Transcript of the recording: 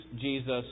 Jesus